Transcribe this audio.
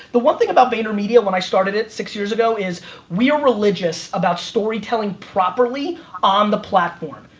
the one thing about vaynermedia when i started it six years ago is we are religious about storytelling properly on the platform.